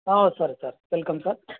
సరే sir welcome sir